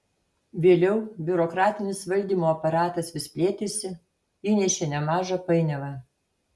vėliau biurokratinis valdymo aparatas vis plėtėsi įnešė nemažą painiavą